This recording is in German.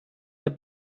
der